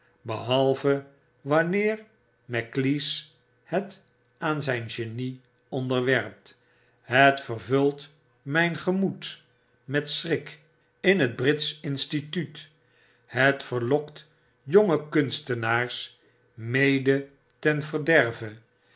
behalve wanneer maclise het aan zyn genie onderwerpt het vervult mijn gemoed met schrik in het britsch instituut het verlokt jonge kunstenaars mede ten verderve